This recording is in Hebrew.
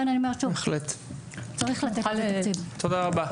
תודה רבה.